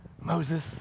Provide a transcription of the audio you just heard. Moses